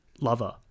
lover